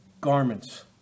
garments